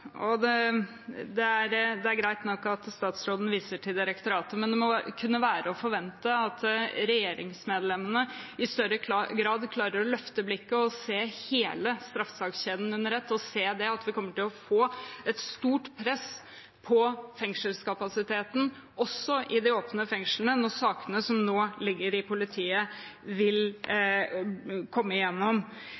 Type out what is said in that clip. Det er greit nok at statsråden viser til direktoratet, men det må kunne være å forvente at regjeringsmedlemmene i større grad klarer å løfte blikket, se hele straffesakskjeden under ett og se at vi kommer til å få et stort press på fengselskapasiteten også i de åpne fengslene når sakene som nå ligger hos politiet,